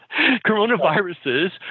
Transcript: coronaviruses